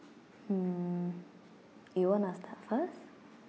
mm you want to start first